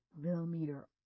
millimeter